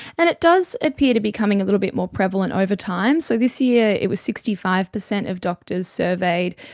and it does appear to becoming a little bit more prevalent over time. so this year it was sixty five percent of doctors surveyed,